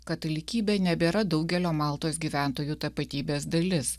katalikybė nebėra daugelio maltos gyventojų tapatybės dalis